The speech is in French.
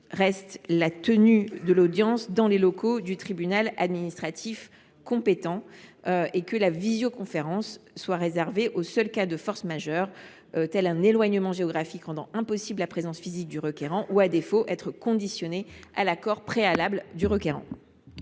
reste la tenue de l’audience dans les locaux du tribunal administratif compétent, afin que la visioconférence soit réservée aux seuls cas de force majeure, tel un éloignement géographique rendant impossible la présence physique du requérant. À défaut, elle devrait être conditionnée à l’accord préalable du requérant.